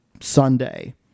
Sunday